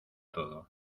todo